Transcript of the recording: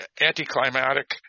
anticlimactic